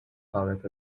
davet